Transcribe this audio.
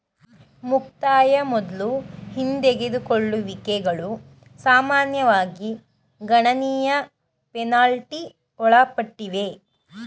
ಮುಕ್ತಾಯ ಮೊದ್ಲು ಹಿಂದೆಗೆದುಕೊಳ್ಳುವಿಕೆಗಳು ಸಾಮಾನ್ಯವಾಗಿ ಗಣನೀಯ ಪೆನಾಲ್ಟಿ ಒಳಪಟ್ಟಿವೆ